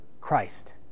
Christ